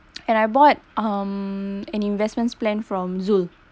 and I bought um an investment plan from zul